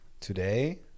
Today